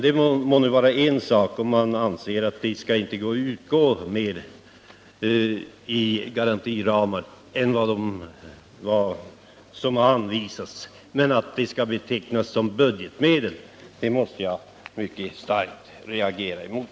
Det må vara en sak om man anser att till garantiramarna inte skall utgå mer medel än som anvisats. Men att man betecknar dessa medel såsom budgetmedel måste jag reagera mycket starkt mot.